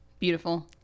Beautiful